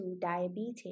diabetes